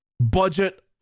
budget